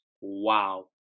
Wow